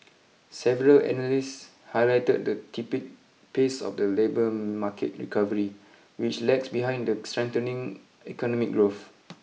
several analysts highlighted the tepid pace of the labour market recovery which lags behind the strengthening economic growth